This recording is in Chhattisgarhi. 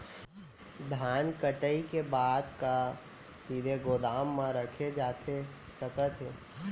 धान कटाई के बाद का सीधे गोदाम मा रखे जाथे सकत हे?